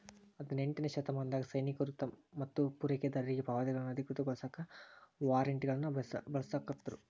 ಹದಿನೆಂಟನೇ ಶತಮಾನದಾಗ ಸೈನಿಕರು ಮತ್ತ ಪೂರೈಕೆದಾರರಿಗಿ ಪಾವತಿಗಳನ್ನ ಅಧಿಕೃತಗೊಳಸಾಕ ವಾರ್ರೆಂಟ್ಗಳನ್ನ ಬಳಸಾಕತ್ರು